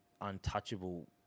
untouchable